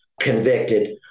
convicted